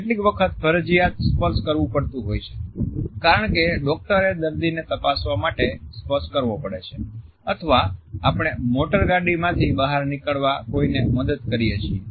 કેટલીક વખત ફરજિયાત સ્પર્શ કરવું પડતું હોય છે કારણ કે ડોક્ટર એ દર્દીને તપાસવા માટે સ્પર્શ કરવો પડે છે અથવા આપણે મોટરગાડી માંથી બહાર નીકળવા કોઈની મદદ કરીએ છીએ